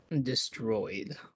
Destroyed